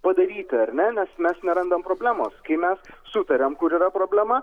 padaryti ar ne nes mes nerandam problemos kai mes sutariam kur yra problema